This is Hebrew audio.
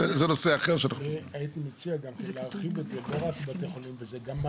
אני מציע להרחיב את זה גם למד"א.